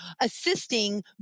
assisting